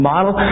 Model